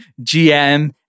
GM